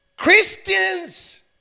Christians